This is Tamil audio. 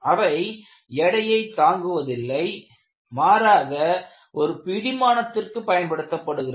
அவை எடையை தங்குவதில்லை மாறாக ஒரு பிடிமானத்திற்கு பயன்படுத்தப்படுகிறது